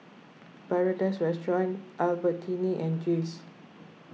Paradise Restaurant Albertini and Jays